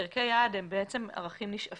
ערכי יעד הם בעצם ערכים נשאפים.